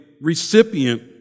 recipient